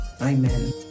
Amen